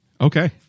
Okay